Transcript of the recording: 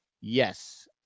Yes